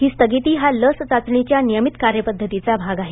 ही स्थगिती हा लस चाचणीच्या नियमित कार्यपद्धतीचा भाग आहे